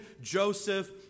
Joseph